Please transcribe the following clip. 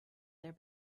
their